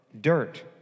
dirt